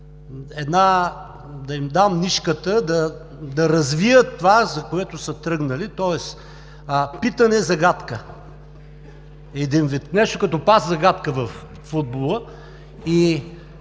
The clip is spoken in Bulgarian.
БСП, да им дам нишката да развият това, за което са тръгнали, тоест питане – загадка, един вид, нещо като пас-загадка във футбола.